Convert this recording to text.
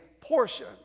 portion